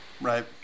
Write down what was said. Right